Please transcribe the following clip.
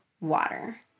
water